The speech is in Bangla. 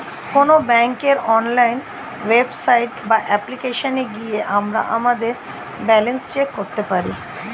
কোনো ব্যাঙ্কের অনলাইন ওয়েবসাইট বা অ্যাপ্লিকেশনে গিয়ে আমরা আমাদের ব্যালেন্স চেক করতে পারি